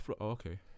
okay